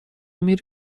میری